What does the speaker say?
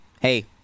Hey